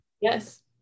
Yes